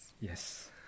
Yes